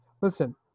Listen